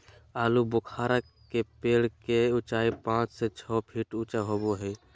आलूबुखारा के पेड़ के उचाई पांच से छह फीट ऊँचा होबो हइ